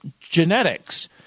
genetics